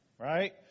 right